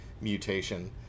mutation